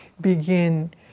begin